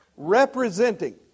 representing